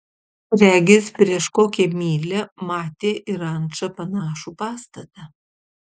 regis prieš kokią mylią matė į rančą panašų pastatą